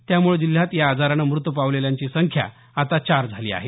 त्यामुळे जिल्ह्यात या आजारानं मृत पावलेल्यांची संख्या आता चार झाली आहे